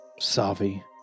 Savi